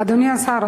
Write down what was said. אדוני השר,